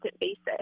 basis